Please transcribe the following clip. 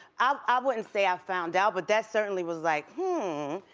um i wouldn't say i found out, but that certainly was like, hmm.